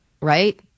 Right